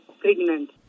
pregnant